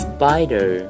Spider